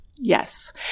Yes